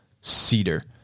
cedar